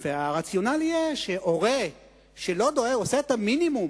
הרציונל יהיה שהורה שלא עושה את המינימום